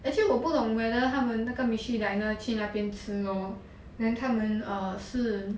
actually 我不懂 whether 他们那个 mystery diner 去那边吃 lor then 他们 err 是